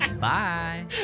Bye